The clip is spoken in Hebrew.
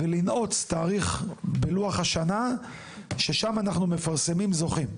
ולנעוץ תאריך בלוח השנה ששם אנחנו מפרסמים זוכים.